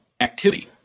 activity